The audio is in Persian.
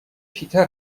پیتر